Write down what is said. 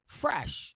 Fresh